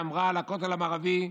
שאמרה על הכותל המערבי,